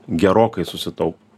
gerokai susitaupo